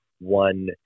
one